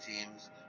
teams